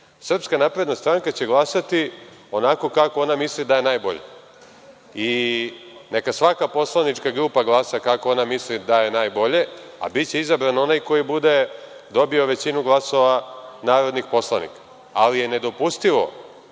Srpska napredna stranka će glasati onako kako ona misli da je najbolje i neka svaka poslanička grupa glasa onako kako misli da je najbolje, a biće izabran onaj koji bude dobio većinu glasova narodnih poslanika. Ali, je nedopustivo